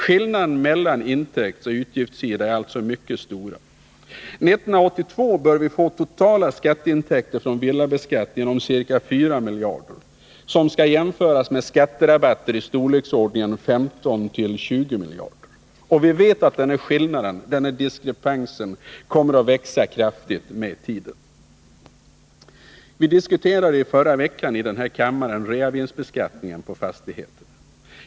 Skillnaderna mellan intäktsoch utgiftssida är alltså mycket stora. 1982 bör vi få totala skatteintäkter från villabeskattningen om ca 4 miljarder som skall jämföras med skatterabatter i storleksordningen 15-20 miljarder. Vi vet att den diskrepansen kommer att växa kraftigt med tiden. Vi diskuterade förra veckan i denna kammare reavinstbeskattningen av fastigheter.